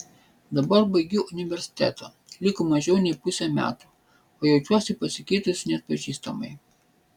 dabar baigiu universitetą liko mažiau nei pusė metų o jaučiuosi pasikeitusi neatpažįstamai